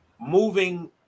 moving